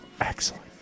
Excellent